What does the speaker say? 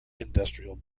industrial